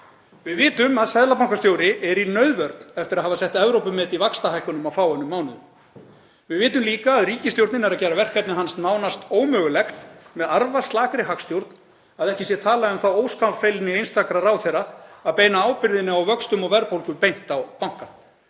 Við vitum að seðlabankastjóri er í nauðvörn eftir að hafa sett Evrópumet í vaxtahækkunum á fáeinum mánuðum. Við vitum líka að ríkisstjórnin er að gera verkefni hans nánast ómögulegt með arfaslakri hagstjórn, að ekki sé talað um þá óskammfeilni einstakra ráðherra að beina ábyrgðinni á vöxtum og verðbólgu beint á bankann.